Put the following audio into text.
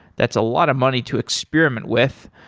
that's a lot of money to experiment with.